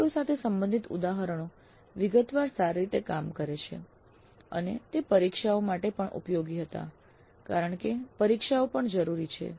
COs સાથે સંબંધિત ઉદાહરણો વિગતવાર સારી રીતે કામ કરે છે અને તે પરીક્ષાઓ માટે પણ ઉપયોગી હતા કારણ કે પરીક્ષાઓ પણ જરૂરી છે